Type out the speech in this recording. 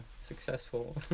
successful